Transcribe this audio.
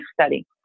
study